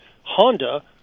Honda